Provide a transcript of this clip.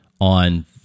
on